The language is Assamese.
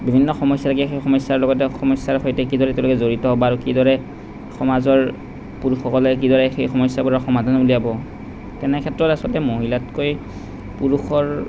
বিভিন্ন সমস্যা থাকে সেই সমস্যাৰ লগত তেওঁ সমস্যাৰ সৈতে কি দৰে তেওঁলোকে জড়িত বা কি দৰে সমাজৰ পুৰুষসকলে কি দৰে সেই সমস্যাবোৰৰ সমাধান উলিয়াব তেনেক্ষেত্ৰত আচলতে মহিলাতকৈ পুৰুষৰ